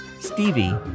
Stevie